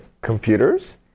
computers